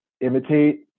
imitate